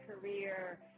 career